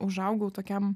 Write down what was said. užaugau tokiam